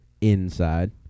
Inside